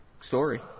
story